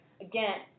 Again